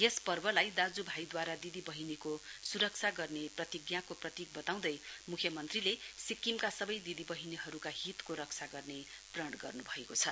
यस पर्वलाई दाज्यु भाईद्वारा दिदी बहिनीको सुरक्षा गर्ने प्रतिज्ञाको प्रतीक बताउँदै मुख्यमन्त्रीले सिक्किमका सबै दिदी बहिनीहरू हितको रक्षा गर्ने प्रण गर्नु भएको छ